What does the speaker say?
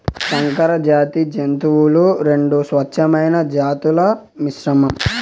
సంకరజాతి జంతువులు రెండు స్వచ్ఛమైన జాతుల మిశ్రమం